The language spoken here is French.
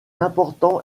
important